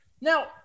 now